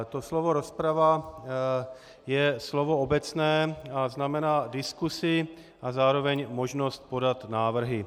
To slovo rozprava je slovo obecné a znamená diskusi a zároveň možnost podat návrhy.